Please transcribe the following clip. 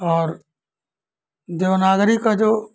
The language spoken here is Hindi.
और देवनागरी का जो